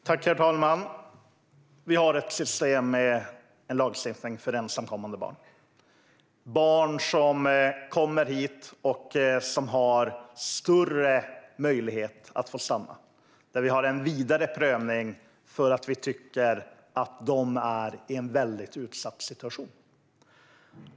Herr talman! Vi har ett system med en lagstiftning för ensamkommande barn. Det handlar om barn som kommer hit och har större möjlighet att få stanna. Vi har en vidare prövning för att vi tycker att de befinner sig i en väldigt utsatt situation.